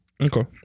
Okay